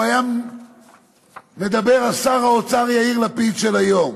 היה מדבר על שר האוצר יאיר לפיד של היום?